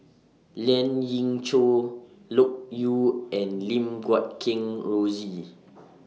Lien Ying Chow Loke Yew and Lim Guat Kheng Rosie